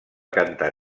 cantar